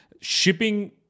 Shipping